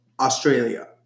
Australia